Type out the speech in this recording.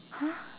!huh!